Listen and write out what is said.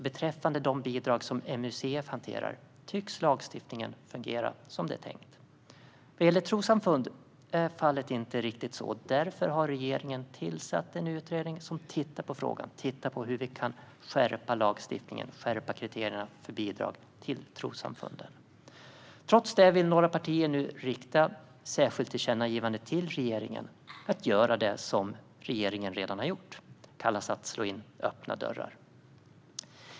Beträffande de bidrag som MUCF hanterar tycks lagstiftningen fungera som det är tänkt. När det gäller trossamfund är fallet inte riktigt detsamma. Därför har regeringen tillsatt en utredning som tittar på frågan och på hur vi kan skärpa lagstiftningen och kriterierna för bidrag till trossamfunden. Trots detta vill några partier rikta ett särskilt tillkännagivande till regeringen att göra det som regeringen redan har gjort. Det kallas att slå in öppna dörrar.